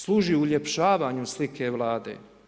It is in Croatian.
Služi uljepšavanju slike vlade.